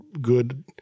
good